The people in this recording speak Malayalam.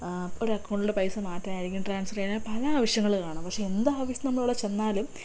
ആ അപ്പോൾ അക്കൗണ്ടിലെ പൈസ മാറ്റാനായിരിക്കും ട്രാൻസ്ഫർ ചെയ്താൽ പല ആവശ്യങ്ങളും കാണും പക്ഷേ എന്താവശ്യത്തിന് നമ്മളവിടെ ചെന്നാലും